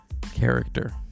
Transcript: character